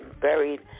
buried